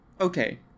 Okay